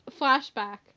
flashback